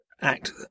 act